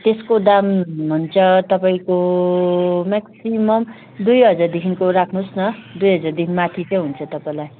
त्यसको दाम हुन्छ तपाईँको म्याक्सिमम् दुई हजारदेखिको राख्नुहोस् न दुई हजारदेखि माथि चाहिँ हुन्छ तपाईँलाई